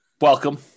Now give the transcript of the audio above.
welcome